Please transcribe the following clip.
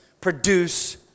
produce